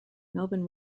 melvin